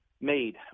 made